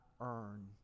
earn